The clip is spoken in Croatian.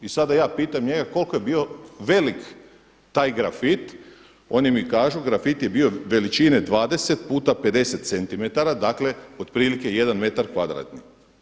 I sada ja pitam njega koliko je bio velik taj grafit, oni mi kažu taj grafit je bio veličine 20 puta 50 centimetra dakle otprilike jedan metar kvadratni.